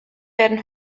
werden